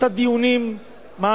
עשתה דיונים מעמיקים,